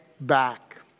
back